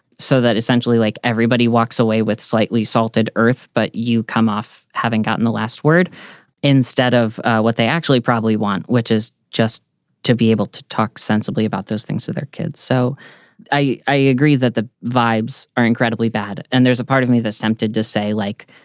so that essentially, like everybody walks away with slightly salted earth. but you come off having gotten the last word instead of what they actually probably want, which is just to be able to talk sensibly about those things to their kids. so i i agree that the vibes are incredibly bad. and there's a part of me that is tempted to say, like,